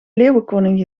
leeuwenkoning